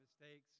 mistakes